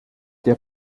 der